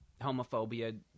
homophobia